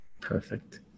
Perfect